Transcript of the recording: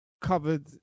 covered